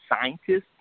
scientists